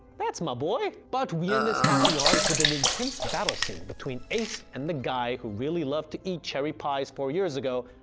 that's my boy! but we end this happy arc with an intense battle scene between ace and the guy who really loved to eat cherry pies four years ago,